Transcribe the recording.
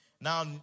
Now